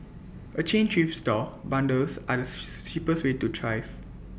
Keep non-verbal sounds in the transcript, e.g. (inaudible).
A chain thrift store bundles are the (unintelligible) cheapest way to thrift